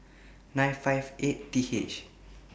nine hundred and fifty eightth